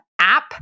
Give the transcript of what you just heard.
app